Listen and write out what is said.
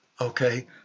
okay